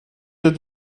der